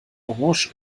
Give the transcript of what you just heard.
orange